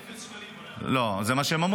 כי תקציבית, אנשים לא יודעים, עמית,